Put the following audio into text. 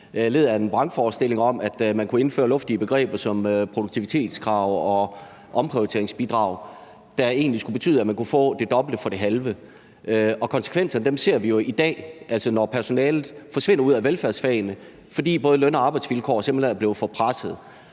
led af en vrangforestilling om, at man kunne indføre luftige begreber som produktivitetskrav og omprioriteringsbidrag, der egentlig skulle betyde, at man kunne få det dobbelte for det halve. Konsekvenserne ser vi jo i dag, altså når personalet forsvinder ud af velfærdsfagene, fordi både løn- og arbejdsvilkår simpelt hen er blevet for pressede.